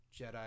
jedi